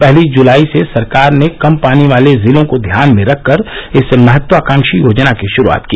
पहली जुलाई से सरकार ने कम पानी वाले जिलों को ध्यान में रखकर इस महत्वाकांक्षी योजना की शुरुआत की